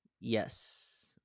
Yes